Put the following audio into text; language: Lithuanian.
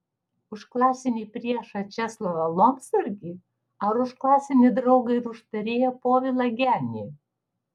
už klasinį priešą česlovą lomsargį ar už klasinį draugą ir užtarėją povilą genį